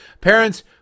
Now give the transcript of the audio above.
parents